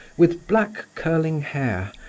with black curling hair,